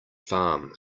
farm